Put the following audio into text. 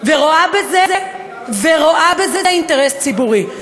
ורואה בזה אינטרס ציבורי.